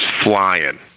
flying